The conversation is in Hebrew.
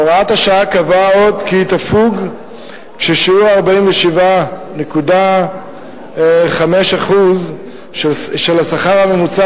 הוראת השעה קבעה עוד כי היא תפוג כששיעור 47.5% של השכר הממוצע